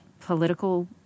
political